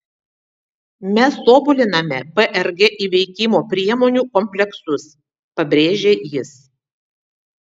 mes tobuliname prg įveikimo priemonių kompleksus pabrėžė jis